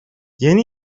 yeni